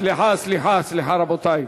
סליחה, סליחה, רבותי,